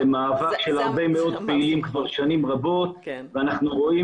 זה מאבק של הרבה מאוד פעילים כבר שנים רבות ואנחנו רואים